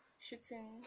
shooting